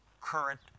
current